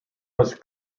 was